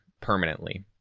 permanently